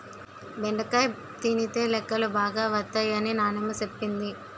బెండకాయ తినితే లెక్కలు బాగా వత్తై అని నానమ్మ సెప్పింది